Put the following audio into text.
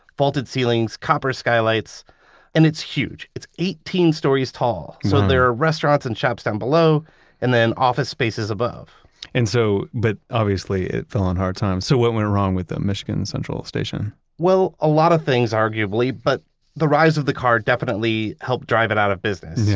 vaulted ceilings, copper skylights and it's huge. it's eighteen stories tall. so there are restaurants and shops down below and then office spaces above and so, but obviously it fell on hard times. so what went wrong with the michigan central station well a lot of things arguably but the rise of the car definitely helped drive it out of business.